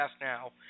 now